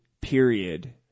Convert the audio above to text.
period